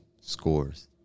scores